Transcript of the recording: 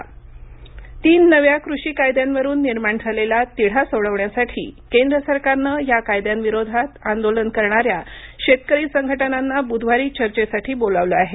शेतकरी आमंत्रण तीन नव्या कृषी कायद्यांवरून निर्माण झालेला तिढा सोडवण्यासाठी केंद्र सरकारनं या कायद्यांविरोधात आंदोलन करणाऱ्या शेतकरी संघटनांना बुधवारी चर्चेसाठी बोलावलं आहे